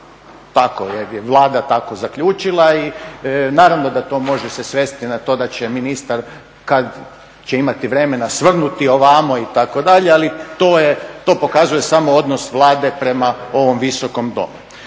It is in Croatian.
jer je Vlada tako zaključila i naravno da to može se svesti na to da će ministar kad će imati vremena svrnuti ovamo itd. Ali to je, to pokazuje samo odnos Vlade prema ovom Visokom domu.